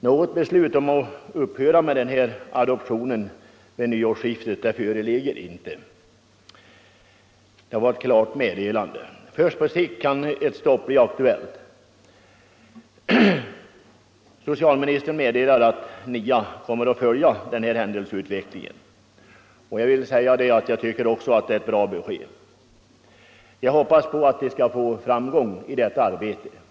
Något beslut att upphöra med adoptionerna till Sverige vid nyårsskiftet föreligger inte — det var ett klart besked. Först på sikt kan ett stopp bli aktuellt. Socialministern meddelade att NIA kommer att följa händelseutvecklingen. Jag tycker att det också var ett bra besked. Jag hoppas att NIA skall få framgång i detta arbete.